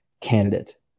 candidate